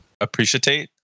Appreciate